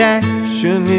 action